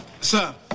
sir